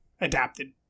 adapted